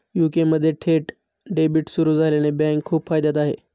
UK मध्ये थेट debit सुरू झाल्याने बँका खूप फायद्यात आहे